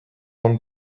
temps